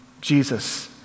Jesus